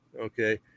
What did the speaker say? Okay